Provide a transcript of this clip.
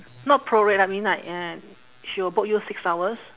not prorate ah I mean like ya she will book you six hours